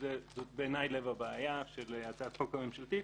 זאת בעיניי לב הבעיה של הצעת החוק הממשלתית.